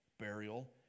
burial